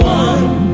one